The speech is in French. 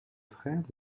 frère